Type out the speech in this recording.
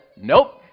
nope